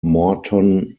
moreton